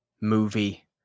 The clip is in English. movie